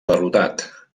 derrotat